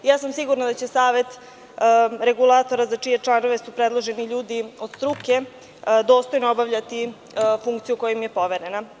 Sigurna sam da će Savet regulatora, za čije članove su predloženi ljudi od struke, dostojno obavljati funkciju koja im je poverena.